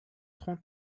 trente